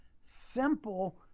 simple